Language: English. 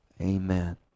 Amen